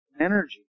energy